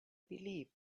believed